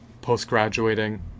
post-graduating